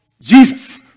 Jesus